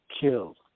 killed